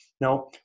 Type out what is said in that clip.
Now